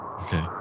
Okay